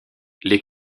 les